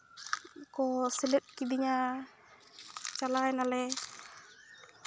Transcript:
ᱠᱚ ᱥᱮᱞᱮᱫ ᱠᱤᱫᱤᱧᱟ ᱪᱟᱞᱟᱣᱱᱟᱞᱮ